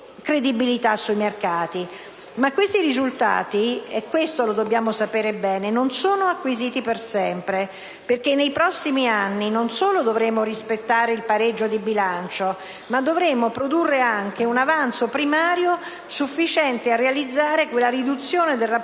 da dietro la lavagna. Ma questo risultato - questo lo dobbiamo sapere bene - non è acquisito per sempre: nei prossimi anni non solo dovremo rispettare il pareggio di bilancio, ma dovremo produrre anche un avanzo primario sufficiente a realizzare quella riduzione del rapporto